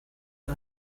was